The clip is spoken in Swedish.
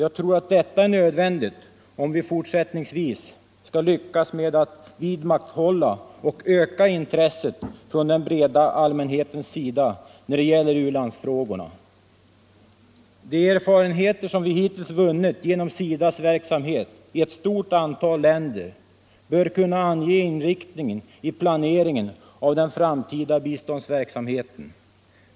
Jag tror att detta är nödvändigt om vi fortsättningsvis skall lyckas med att vidmakthålla och öka intresset inom den breda allmänheten när det gäller u-landsfrågorna. De erfarenheter som vi hitintills vunnit genom SIDA:s verksamhet i ett stort antal länder bör kunna ange inriktningen av planeringen för den framtida biståndsverksamheten.